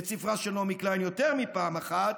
את ספרה של נעמי קליין יותר מפעם אחת,